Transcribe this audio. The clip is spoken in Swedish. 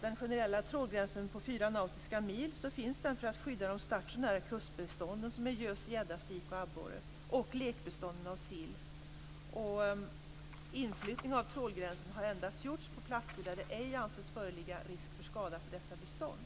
Den generella trålgränsen på fyra nautiska mil finns för att skydda de stationära kustbestånden som är gös, gädda, sik och abborre och lekbestånden av sill. Inflyttning av trålgränsen har endast gjorts på platser där det ej anses föreligga risk för skada på dessa bestånd.